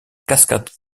cascade